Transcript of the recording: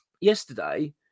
yesterday